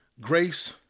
grace